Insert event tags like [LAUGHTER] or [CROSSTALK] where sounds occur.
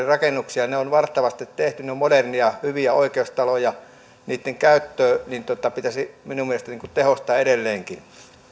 [UNINTELLIGIBLE] rakennuksia ne on varta vasten tehty ne ovat modernia hyviä oikeustaloja niitten käyttöä pitäisi minun mielestäni tehostaa edelleenkin